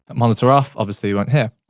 but monitor off, obviously, you won't hear.